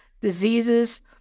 diseases